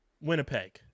Winnipeg